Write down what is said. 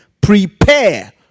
prepare